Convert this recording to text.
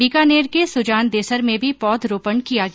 बीकानेर के सुजानदेसर में भी पौधरोपण किया गया